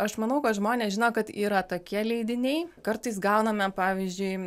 aš manau kad žmonės žino kad yra tokie leidiniai kartais gauname pavyzdžiui